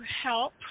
help